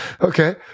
Okay